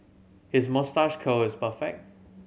his moustache curl is perfect